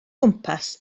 gwmpas